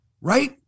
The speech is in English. Right